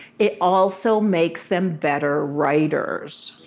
it also makes them better writers.